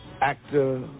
Actor